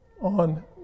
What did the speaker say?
on